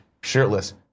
shirtless